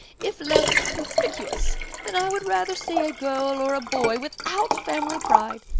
if less conspicuous then i would rather see a girl or a boy without family pride.